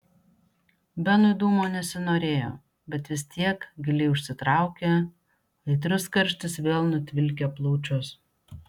benui dūmo nesinorėjo bet vis tiek giliai užsitraukė aitrus karštis vėl nutvilkė plaučius